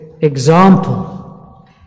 Example